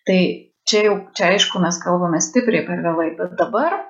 tai čia jau čia aišku mes kalbame stipriai per vėlai bet dabar